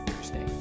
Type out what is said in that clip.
Thursday